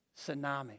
tsunami